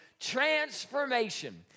transformation